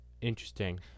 Interesting